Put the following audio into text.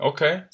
Okay